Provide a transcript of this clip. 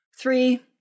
Three